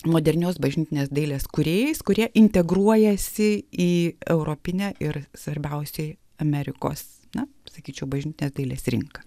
modernios bažnytinės dailės kūrėjais kurie integruojasi į europinę ir svarbiausiai amerikos na sakyčiau bažnytinės dailės rinką